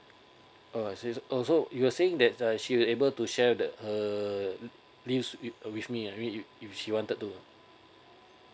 uh I see oh so you were saying that the she will able to share that uh leave with uh with me I mean if she wanted to